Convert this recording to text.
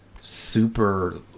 super